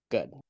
Good